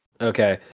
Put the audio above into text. Okay